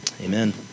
Amen